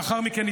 ולאחר מכן,